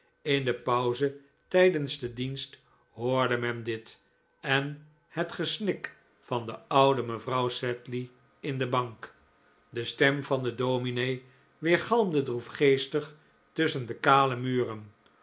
in de pauze tijdens den dienst hoorde men dit en het gesnik van de oude mevrouw sedley in de bank de stem van den dominee weergalmde droefgeestig tusschen de kale muren